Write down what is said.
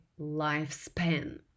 lifespan